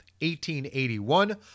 1881